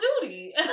duty